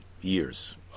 years